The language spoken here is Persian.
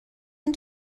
این